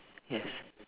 yes